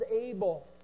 able